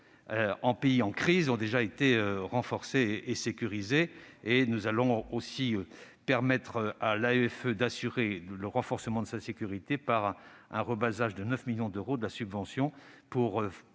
en pays en crise ont déjà été renforcées et sécurisées. Nous allons aussi permettre à l'AEFE d'assurer le renforcement de sa sécurité par un rebasage de 9 millions d'euros de sa subvention,